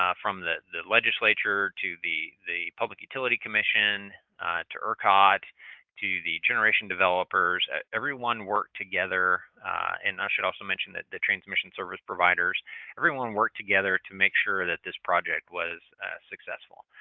um from the the legislature to the the public utility commission to ercot to the generation developers. everyone worked together and i should also mention the transmission service providers everyone worked together to make sure that this project was successful.